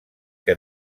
que